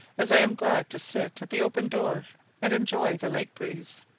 as i am glad to sit at the open door and enjoy the lake-breeze.